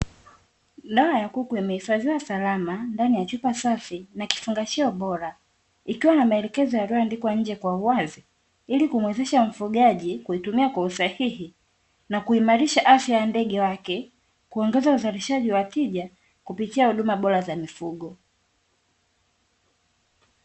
Dawa ya kuku imehifadhiwa salama ndani ya chupa safi na kifungashio bora ikiwa na maelekezo yaliyoandikwa nje kwa uwazi ili kumuwezesha mfugaji kuitumia kwa usahihi na kuimarisha afya ya ndege wake, kuongeza uzalishaji wa tija kupitia huduma bora za mifugo.